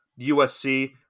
USC